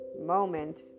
moment